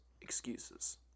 excuses